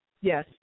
yes